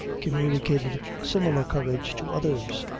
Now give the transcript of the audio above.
communicated similar courage to others,